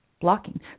blocking